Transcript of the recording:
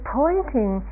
pointing